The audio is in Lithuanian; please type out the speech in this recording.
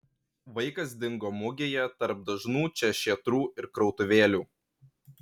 vaikas dingo mugėje tarp dažnų čia šėtrų ir krautuvėlių